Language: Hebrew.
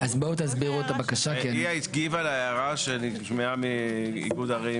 היא הגיבה להערה שנשמעה מאיגוד ערים